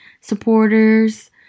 supporters